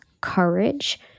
courage